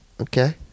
Okay